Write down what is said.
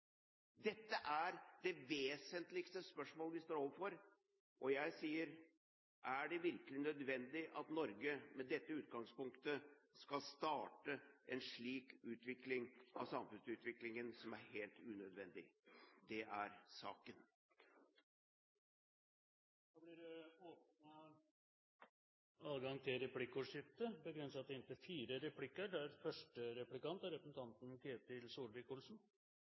Dette er det vesentligste spørsmål vi står overfor, og jeg sier: Er det virkelig nødvendig at Norge, med dette utgangspunktet, skal starte en slik samfunnsutvikling – som er helt unødvendig? Det er saken. Det blir replikkordskifte. Nå har vi nettopp hørt statsministeren påstå en masse ting rundt den økonomiske politikken til